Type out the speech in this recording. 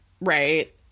right